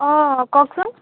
অঁ কওকচোন